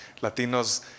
Latinos